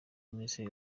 ministre